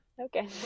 Okay